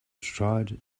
tried